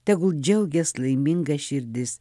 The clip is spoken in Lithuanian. tegul džiaugias laiminga širdis